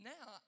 Now